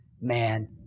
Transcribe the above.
man